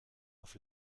auf